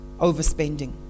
Overspending